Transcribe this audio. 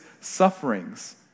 sufferings